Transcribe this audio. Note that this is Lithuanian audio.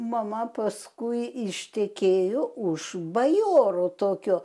mama paskui ištekėjo už bajoro tokio